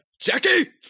jackie